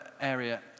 area